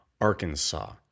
Arkansas